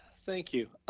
thank you.